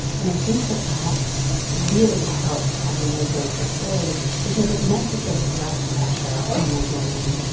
and i think that that really helped finally break the story because it meant that there was less pressure on the women.